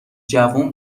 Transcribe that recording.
جوون